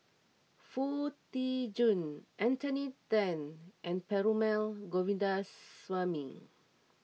Foo Tee Jun Anthony then and Perumal Govindaswamy